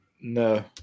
no